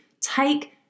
take